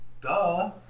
duh